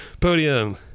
Podium